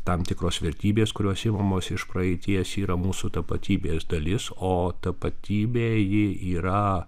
tam tikros vertybės kurios imamos iš praeities yra mūsų tapatybės dalis o tapatybė ji yra